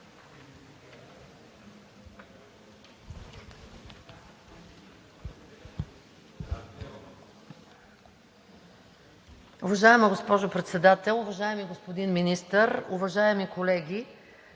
Уважаема госпожо Председател, уважаеми господин Министър, уважаеми колеги!